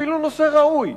אפילו נושא ראוי,